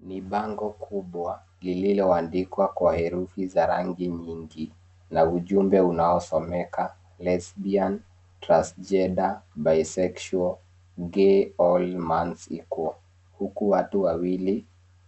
Ni bango kubwa lililoandikwa kwa herufi za rangi nyingi na ujumbe unaosomeka, lesbian transgender bisexual gay or mans equal , huku watu wawili,